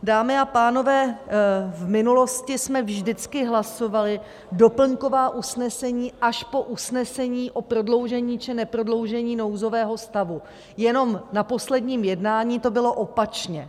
Dámy a pánové, v minulosti jsme vždycky hlasovali doplňková usnesení až po usnesení o prodloužení či neprodloužení nouzového stavu, jenom na posledním jednání to bylo opačně.